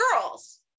girls